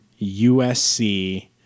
USC